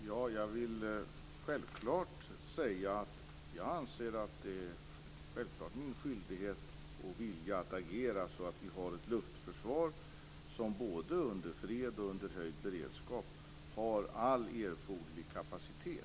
Herr talman! Det är självklart min skyldighet och vilja att agera så att vi har ett luftförsvar som både i fred och vid höjd beredskap har all erforderlig kapacitet.